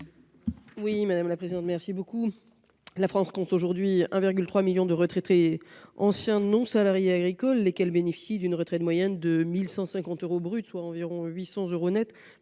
Mme Frédérique Espagnac, sur l'article. La France compte aujourd'hui 1,3 million de retraités anciens non-salariés agricoles, lesquels bénéficient d'une retraite moyenne de 1 150 euros brut, soit environ 800 euros net,